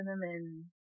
cinnamon